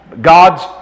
God's